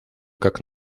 как